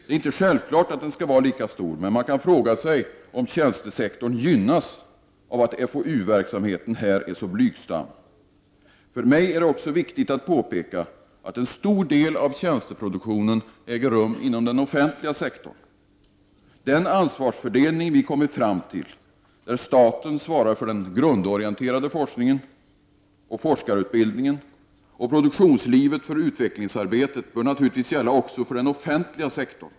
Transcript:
Det är inte självklart att den skall vara lika stor, men man kan fråga sig om tjänstesektorn gynnas av att FoOU-verksamheten här är så blygsam. För mig är det också viktigt att påpeka att en stor del av tjänsteproduktionen äger rum inom den offentliga sektorn. Den ansvarsfördelning vi kommit fram till, där staten svarar för den grundorienterade forskningen och forskarutbildningen och produktionslivet svarar för utvecklingsarbetet, bör naturligtvis gälla också den offentliga sektorn.